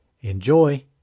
Enjoy